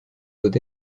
doit